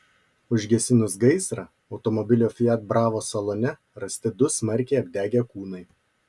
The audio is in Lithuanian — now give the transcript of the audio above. užgesinus gaisrą automobilio fiat bravo salone rasti du smarkiai apdegę kūnai